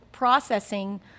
processing